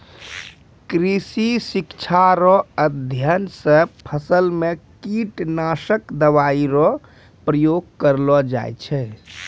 कृषि शिक्षा रो अध्ययन से फसल मे कीटनाशक दवाई रो प्रयोग करलो जाय छै